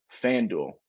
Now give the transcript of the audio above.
FanDuel